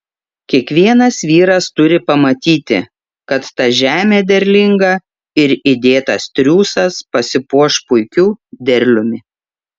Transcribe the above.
kiekvienas vyras turi pamatyti kad ta žemė derlinga ir įdėtas triūsas pasipuoš puikiu derliumi